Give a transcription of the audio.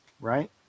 Right